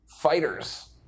fighters